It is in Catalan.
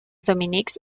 dominics